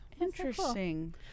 Interesting